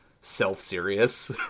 self-serious